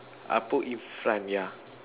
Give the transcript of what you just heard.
I put in front yeah